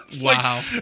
Wow